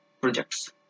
projects